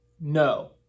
No